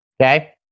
Okay